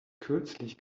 kürzlich